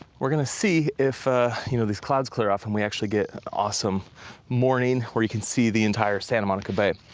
we're gonna see if ah you know these clouds clear off and we actually get an awesome morning where you can see the entire santa monica bay.